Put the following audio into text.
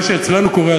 ומה שאצלנו קורה,